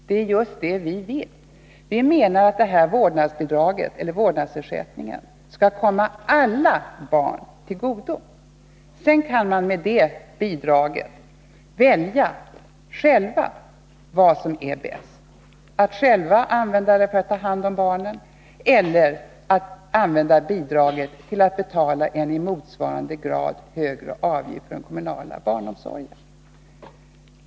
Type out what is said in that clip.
Det är just det vi vill. Vi menar att den här vårdnadsersättningen skall komma alla barn till godo. Sedan kan man, när man fått det bidraget, själv välja vad som är bäst — att använda bidraget till att själv ta hand om barnen eller att använda det till att betala en motsvarande högre avgift för den kommunala barnomsorgen.